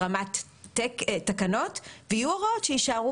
ואם מדובר על תקנות, זה נושא אחר.